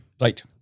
Right